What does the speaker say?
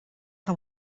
que